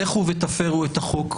לכו ותפרו את החוק.